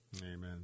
Amen